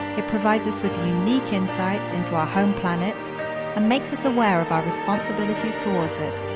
it provides us with unique insights into our home planet and makes us aware of our responsibilities towards it.